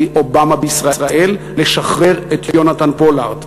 הנשיא אובמה בישראל, לשחרר את יונתן פולארד.